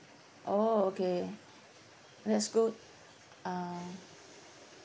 okay that's good um